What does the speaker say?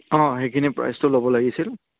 অঁ সেইখিনি প্ৰাইচটো ল'ব লাগিছিল